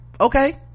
okay